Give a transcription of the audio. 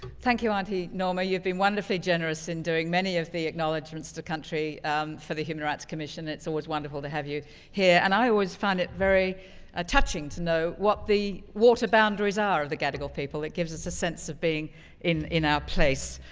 thank you, aunty norma, you've been wonderfully generous in doing many of the acknowledgments to the country for the human rights commission. it's always wonderful to have you here. and i always found it very ah touching to know what the water boundaries are of the gadigal people. it gives us a sense of being in in our place.